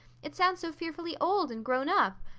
it sounds so fearfully old and grown up.